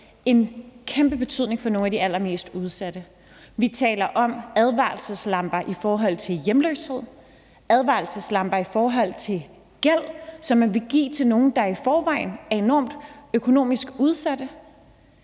en kæmpe betydning for nogle af de allermest udsatte. Vi taler om advarselslamper om hjemløshed og gæld i forhold til nogle af dem, der i forvejen er enormt økonomisk udsatte,